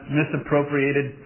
misappropriated